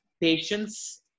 patience